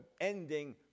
ending